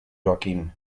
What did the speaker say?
joaquim